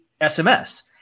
SMS